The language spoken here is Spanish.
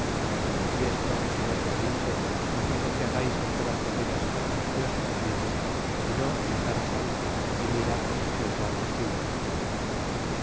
y esto señor malinche os digo que hagais en todas maneras que os conviene si no mataros han y mira que os va las vidas